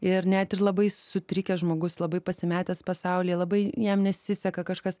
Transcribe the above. ir net ir labai sutrikęs žmogus labai pasimetęs pasaulyje labai jam nesiseka kažkas